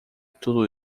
tudo